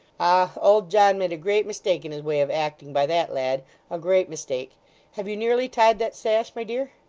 ah! old john made a great mistake in his way of acting by that lad a great mistake have you nearly tied that sash, my dear